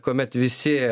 kuomet visi